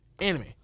anime